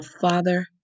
Father